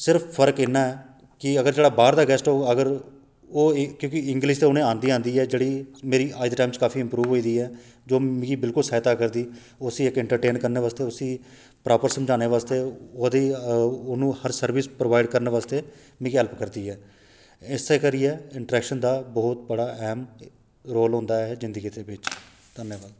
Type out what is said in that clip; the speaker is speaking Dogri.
सिर्फ फर्क इन्ना ऐ कि अगर जेह्ड़ा बाह्र दा गैस्ट होग अगर ओह् क्योंकि इंग्लिश उनें गी औंदी गै औंदी ऐ जेह्ड़ी मेरी अज्ज दे टाइम च काफी इम्परूव होई दी ऐ जो मिगी बिल्कुल सहायता करदी उसी इक एंट्रटेन करने आस्तै उसी प्रापर समझाने आस्तै ओह्दी ओन्नूं हर सर्विस प्रोवाइड़ करने आस्तै मिगी हैल्प करदी ऐ इस करियै इंट्रैक्शन दा बहुत बड्डा अहम रोल होंदा ऐ जिंदगी दे बिच धन्नवाद